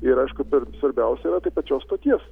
ir aišku bet svarbiausia yra tai pačios stoties